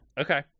Okay